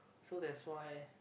so that's why